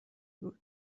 بود